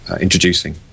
introducing